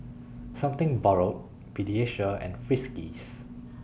Something Borrowed Pediasure and Friskies